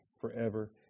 forever